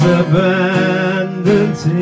abandoned